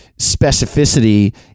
specificity